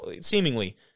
seemingly